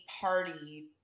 party